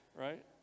Right